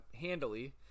handily